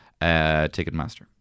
Ticketmaster